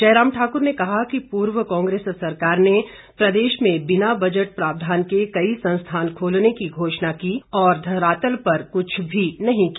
जयराम ठाकुर ने कहा कि पूर्व कांग्रेस सरकार ने प्रदेश में बिना बजट प्रावधान के कई संस्थान खोलने की घोषणा की और धरातल पर कुछ भी नहीं किया